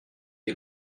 est